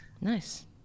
Nice